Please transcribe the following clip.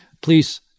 please